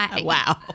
Wow